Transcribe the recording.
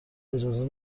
اجازه